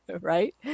Right